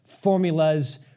formulas